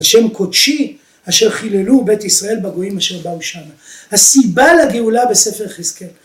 השם קודשי אשר חיללו בית ישראל בגויים אשר באו שם. הסיבה לגאולה בספר יחזקאל...